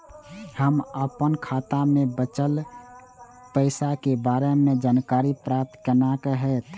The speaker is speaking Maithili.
हम अपन खाता में बचल पैसा के बारे में जानकारी प्राप्त केना हैत?